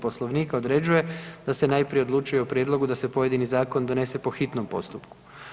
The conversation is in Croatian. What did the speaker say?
Poslovnika određuje da se najprije odlučuje o prijedlogu da se pojedini zakon donese po hitnom postupku.